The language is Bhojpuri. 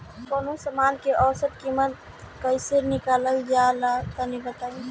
कवनो समान के औसत कीमत कैसे निकालल जा ला तनी बताई?